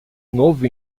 novo